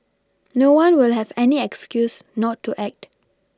no one will have any excuse not to act